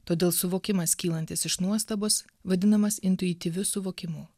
todėl suvokimas kylantis iš nuostabos vadinamas intuityviu suvokimu